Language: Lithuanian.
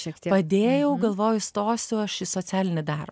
padėjau galvojau stosiu aš į socialinį darbą